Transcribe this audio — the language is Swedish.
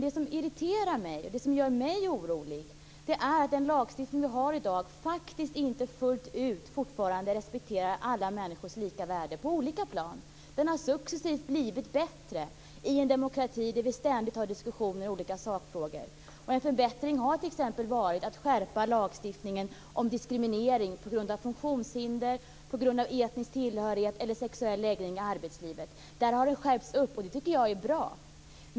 Vad som irriterar mig och som gör mig orolig är att den lagstiftning vi i dag har faktiskt inte ännu fullt ut respekterar alla människors lika värde - på olika plan. Den har dock successivt blivit bättre; detta i en demokrati där vi ständigt har diskussioner i olika sakfrågor. En förbättring är t.ex. skärpningen av lagstiftningen om diskriminering i arbetslivet på grund av funktionshinder, etnisk tillhörighet eller sexuell läggning. Där har det blivit en skärpning, och det tycker jag är bra.